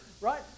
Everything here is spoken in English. right